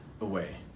away